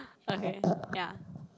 okay ya